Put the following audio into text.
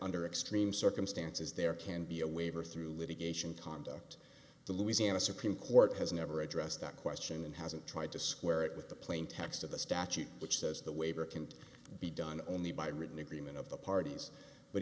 under extreme circumstances there can be a waiver through litigation conduct the louisiana supreme court has never addressed that question and hasn't tried to square it with the plain text of the statute which says the waiver can be done only by written agreement of the parties but